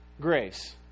grace